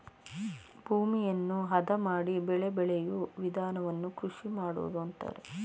ಭೂಮಿಯನ್ನು ಅದ ಮಾಡಿ ಬೆಳೆ ಬೆಳೆಯೂ ವಿಧಾನವನ್ನು ಕೃಷಿ ಮಾಡುವುದು ಅಂತರೆ